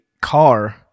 car